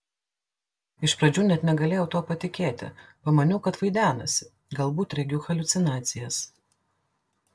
iš pradžių net negalėjau tuo patikėti pamaniau kad vaidenasi galbūt regiu haliucinacijas